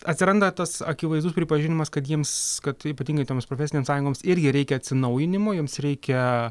atsiranda tas akivaizdus pripažinimas kad jiems kad ypatingai toms profesinėms sąjungoms irgi reikia atsinaujinimo joms reikia